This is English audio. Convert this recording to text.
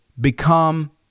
become